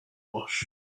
wash